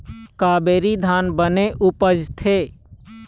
कावेरी धान बने उपजथे?